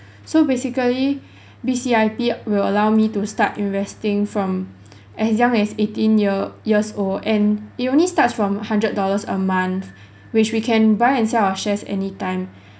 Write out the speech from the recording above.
so basically B_C_I_P will allow me to start investing from as young as eighteen year years old and it only starts from hundred dollars a month which we can buy and sell our shares anytime